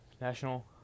National